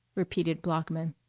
repeated bloeckman.